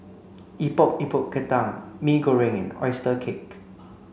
Epok Epok Kentang Mee Goreng and oyster cake